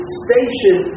station